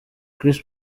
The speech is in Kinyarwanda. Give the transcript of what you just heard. chris